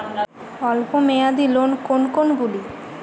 অল্প মেয়াদি লোন কোন কোনগুলি?